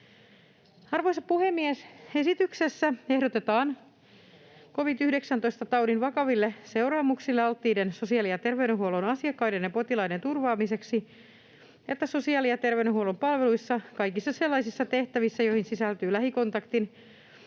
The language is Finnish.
Arvoisa puhemies! Esityksessä ehdotetaan covid-19-taudin vakaville seuraamuksille alttiiden sosiaali‑ ja terveydenhuollon asiakkaiden ja potilaiden turvaamiseksi, että sosiaali‑ ja terveydenhuollon palveluissa kaikissa sellaisissa tehtävissä, joihin sisältyy lähikontaktin